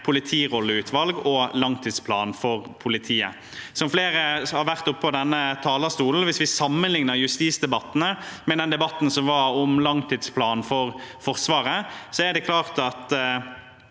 politirolleutvalg og en langtidsplan for politiet. Som flere har sagt på denne talerstolen: Hvis vi sammenligner justisdebattene med den debatten som var om langtidsplanen for Forsvaret, er det klart at